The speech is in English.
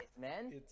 man